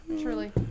Truly